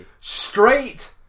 straight